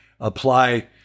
apply